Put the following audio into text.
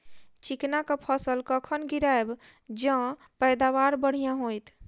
चिकना कऽ फसल कखन गिरैब जँ पैदावार बढ़िया होइत?